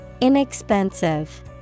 Inexpensive